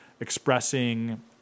expressing